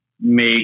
make